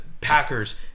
packers